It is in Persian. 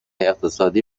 اقتصادی